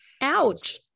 Ouch